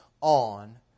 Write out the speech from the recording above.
on